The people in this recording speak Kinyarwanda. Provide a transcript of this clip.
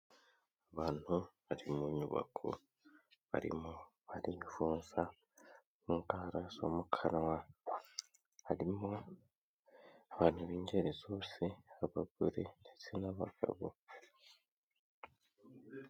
Abantu bari mu nyubako barimo barivuza indwara zo mu kanwa, harimo abantu b'ingeri zose, abagore ndetse n'abagabo.